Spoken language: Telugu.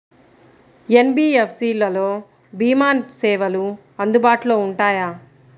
ఎన్.బీ.ఎఫ్.సి లలో భీమా సేవలు అందుబాటులో ఉంటాయా?